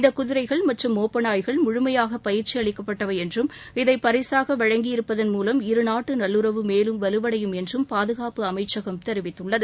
இந்த குதிரைகள் மற்றும் மோப்ப நாய்கள் முழுமையாக பயிற்சி அளிக்கப்பட்டவை என்றும் இதை பரிசாக வழங்கியிருப்பதன் மூவம் இருநாட்டு நல்லுறவு மேலும் வலுவடையும் என்று பாதுகாப்பு அமைச்சகம் தெரிவித்துள்ளது